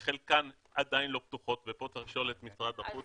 וחלקן עדין לא פתוחות ופה צריך לשאול את משרד החוץ,